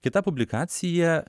kita publikacija